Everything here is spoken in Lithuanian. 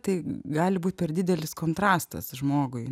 tai gali būt per didelis kontrastas žmogui